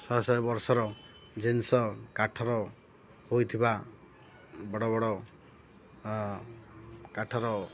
ଶହେ ଶହେ ବର୍ଷର ଜିନିଷ କାଠର ହୋଇଥିବା ବଡ଼ ବଡ଼ କାଠର